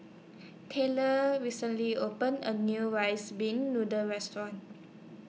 Tayler recently opened A New Rice Pin Noodles Restaurant